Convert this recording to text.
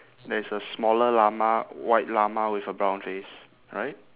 there is a smaller llama white llama with a brown face right